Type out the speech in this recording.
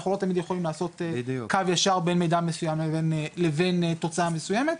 אנחנו לא תמיד יכולים לעשות קו ישר בין מידע מסוים לבין תוצאה מסוימת.